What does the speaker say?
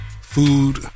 Food